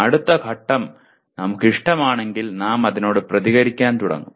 അടുത്ത ഘട്ടം നമുക്കിഷ്ടമാണെങ്കിൽ നാം അതിനോട് പ്രതികരിക്കാൻ തുടങ്ങും